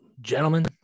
Gentlemen